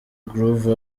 groove